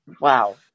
Wow